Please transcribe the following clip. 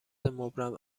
مبرم